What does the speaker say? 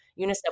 unicef